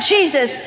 Jesus